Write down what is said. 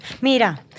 Mira